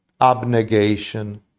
Abnegation